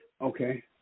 Okay